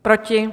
Proti?